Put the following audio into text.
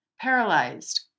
paralyzed